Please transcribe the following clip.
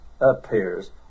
appears